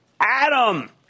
Adam